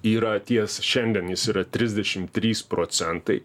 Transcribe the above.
yra ties šiandien jis yra trisdešim trys procentai